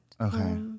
Okay